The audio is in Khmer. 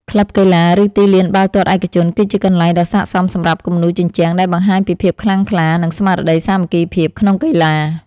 ក្លឹបកីឡា ឬទីលានបាល់ទាត់ឯកជន គឺជាកន្លែងដ៏ស័ក្តិសមសម្រាប់គំនូរជញ្ជាំងដែលបង្ហាញពីភាពខ្លាំងក្លា និងស្មារតីសាមគ្គីភាពក្នុងកីឡា។